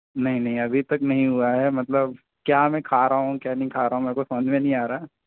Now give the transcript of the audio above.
नहीं नहीं अभी तक नहीं हुआ है मतलब क्या मैं खा रहा हूँ क्या नहीं खा रहा हूँ मेरे को समझ में नहीं आ रहा